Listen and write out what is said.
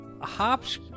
hops